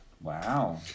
Wow